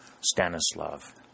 Stanislav